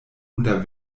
unter